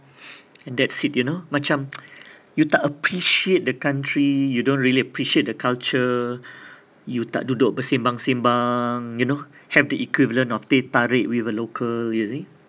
and that's it you know macam you tak appreciate the country you don't really appreciate the culture you tak duduk bersimbang-simbang you know have the equivalent of teh tarik with a local you see